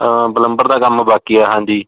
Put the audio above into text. plumber ਦਾ ਕੰਮ ਬਾਕੀ ਆ ਹਾਂਜੀ